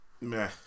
Meh